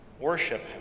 worship